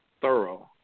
thorough